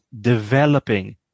developing